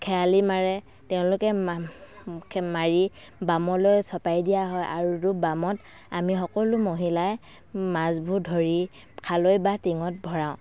খেয়ালি মাৰে তেওঁলোকে মাৰি বামলৈ চপাই দিয়া হয় আৰু বামত আমি সকলো মহিলাই মাছবোৰ ধৰি খালৈ বা টিঙত ভৰাও